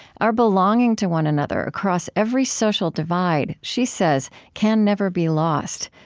our belonging to one another across every social divide, she says, can never be lost.